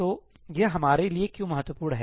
तो यह हमारे लिए क्यों महत्वपूर्ण है